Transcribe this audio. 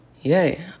yay